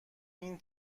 این